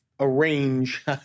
Arrange